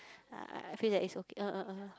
I I feel that it's okay uh uh uh